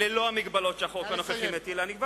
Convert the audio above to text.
ללא המגבלות שהחוק הנוכחי מטיל, נא לסיים.